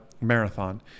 marathon